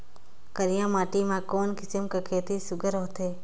करिया माटी मा कोन किसम खेती हर सुघ्घर होथे?